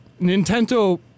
Nintendo